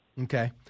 Okay